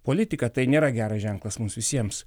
politiką tai nėra geras ženklas mums visiems